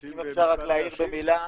אם אפשר רק להעיר במילה.